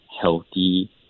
healthy